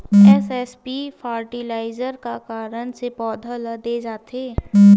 SSP fertiliser का कारण से पौधा ल दे जाथे?